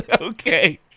Okay